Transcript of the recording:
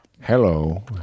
Hello